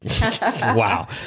wow